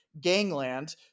gangland